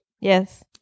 Yes